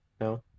No